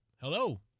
Hello